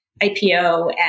IPO